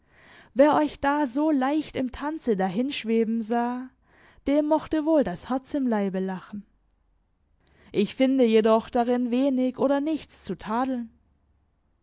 wer euch da so leicht im tanze dahinschweben sah dem mochte wohl das herz im leibe lachen ich finde jedoch darin wenig oder nichts zu tadeln